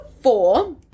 four